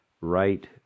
right